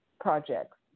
projects